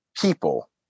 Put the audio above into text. people